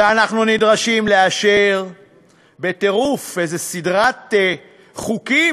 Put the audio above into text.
ואנחנו נדרשים לאשר בטירוף איזו סדרת חוקים,